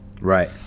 right